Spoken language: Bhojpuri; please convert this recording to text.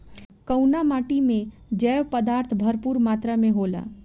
कउना माटी मे जैव पदार्थ भरपूर मात्रा में होला?